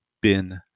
Bin